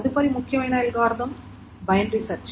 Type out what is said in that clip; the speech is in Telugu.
తదుపరి ముఖ్యమైన అల్గోరిథం బైనరీ సెర్చ్